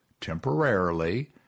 temporarily